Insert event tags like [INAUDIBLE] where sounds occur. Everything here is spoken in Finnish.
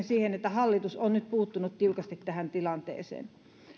[UNINTELLIGIBLE] siihen että hallitus on nyt puuttunut tiukasti tähän tilanteeseen